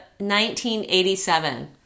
1987